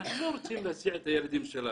אנחנו לא רוצים להסיע את הילדים שלנו.